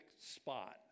spot